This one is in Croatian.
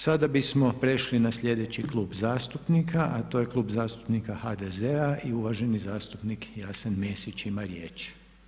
Sada bismo prešli na sljedeći klub zastupnika, a to je Klub zastupnika HDZ-a i uvaženi zastupnik Jasen Mesić ima riječ.